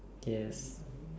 yes